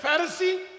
Pharisee